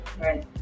right